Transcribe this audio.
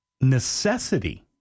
necessity